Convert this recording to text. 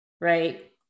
right